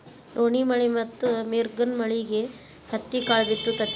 ರೋಣಿಮಳಿ ಮತ್ತ ಮಿರ್ಗನಮಳಿಗೆ ಹತ್ತಿಕಾಳ ಬಿತ್ತು ತತಿ